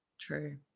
true